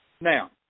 Now